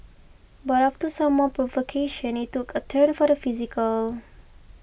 but after some more provocation it took a turn for the physical